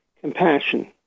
compassion